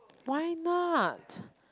why not